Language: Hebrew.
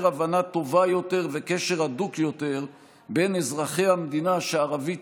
הבנה טובה יותר וקשר הדוק יותר בין אזרחי המדינה שהערבית